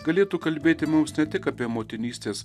galėtų kalbėti mums ne tik apie motinystės